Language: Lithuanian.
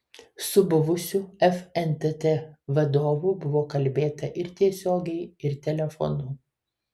su buvusiu fntt vadovu buvo kalbėta ir tiesiogiai ir telefonu